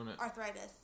arthritis